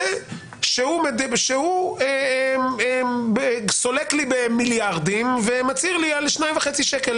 זה שהוא שהוא סולק במיליארדים ומצהיר לי על 2.5 שקלים.